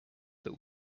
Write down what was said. but